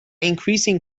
increasing